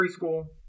preschool